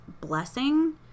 blessing